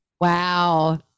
Wow